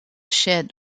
shed